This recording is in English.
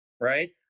right